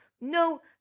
no